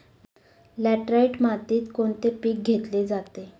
Laterite मातीत कोणते पीक घेतले जाते?